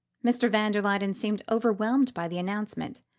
mr. van der luyden seemed overwhelmed by the announcement.